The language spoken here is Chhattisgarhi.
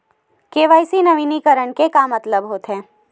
के.वाई.सी नवीनीकरण के मतलब का होथे?